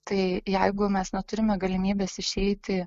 tai jeigu mes neturime galimybės išeiti